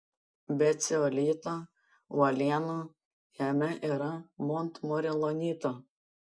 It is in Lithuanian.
be ceolito uolienų jame yra montmorilonito